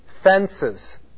fences